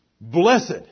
Blessed